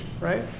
right